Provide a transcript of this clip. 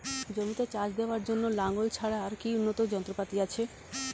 জমিতে চাষ দেওয়ার জন্য লাঙ্গল ছাড়া আর কি উন্নত যন্ত্রপাতি আছে?